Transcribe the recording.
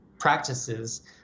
Practices